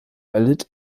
erlitt